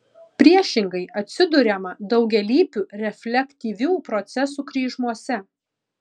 priešingai atsiduriama daugialypių reflektyvių procesų kryžmose